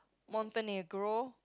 Montenegro